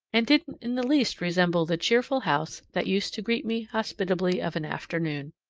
and didn't in the least resemble the cheerful house that used to greet me hospitably of an afternoon.